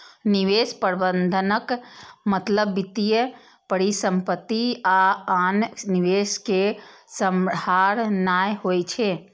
निवेश प्रबंधनक मतलब वित्तीय परिसंपत्ति आ आन निवेश कें सम्हारनाय होइ छै